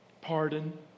Pardon